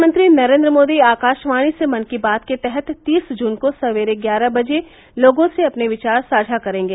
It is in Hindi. प्रधानमंत्री नरेन्द्र मोदी आकाशवाणी से मन की बात के तहत तीस जून को सवेरे ग्यारह बजे लोगों से अपने विचार साझा करेंगे